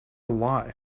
lie